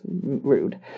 rude